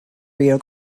rio